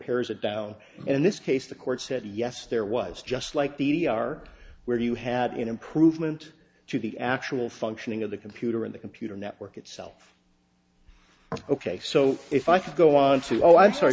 pairs it down and in this case the court said yes there was just like d d r where you had an improvement to the actual functioning of the computer in the computer network itself ok so if i could go on to oh i'm sorry